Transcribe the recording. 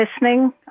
Listening